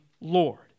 Lord